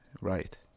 right